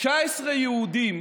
19 יהודים,